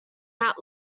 out